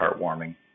heartwarming